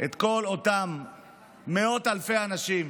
את כל אותם מאות אלפי אנשים